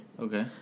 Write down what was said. Okay